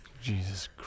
Jesus